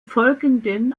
folgenden